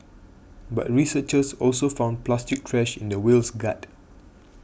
but researchers also found plastic trash in the whale's gut